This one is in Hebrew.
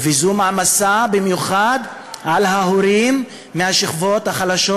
זו מעמסה במיוחד על ההורים מהשכבות החלשות,